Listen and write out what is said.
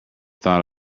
thought